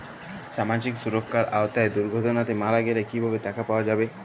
সামাজিক সুরক্ষার আওতায় দুর্ঘটনাতে মারা গেলে কিভাবে টাকা পাওয়া যাবে?